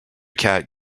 cat